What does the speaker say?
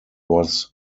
was